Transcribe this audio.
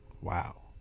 Wow